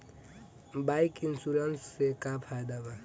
Bike insurance से का फायदा बा?